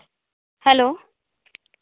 hello